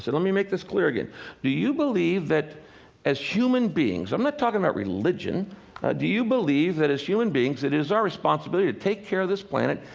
let me make this clear again do you believe that as human beings i'm not talking about religion do you believe that as human beings, it is our responsibility to take care of this planet,